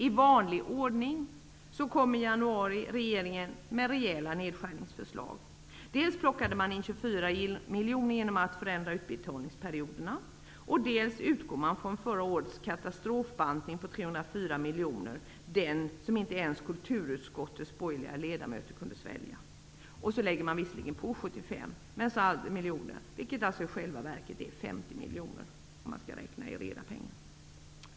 I vanlig ordning kom regeringen i januari med rejäla nedskärningsförslag. Dels plockade man in 24 miljoner genom att förändra utbetalningsperioderna. Dels utgick man från förra årets katastrofbantning på 304 miljoner -- den som inte ens kulturutskottets borgerliga ledamöter kunde svälja. Och så lade man på 75 miljoner, vilket alltså i själva verket är 50 miljoner i reda pengar.